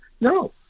No